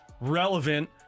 relevant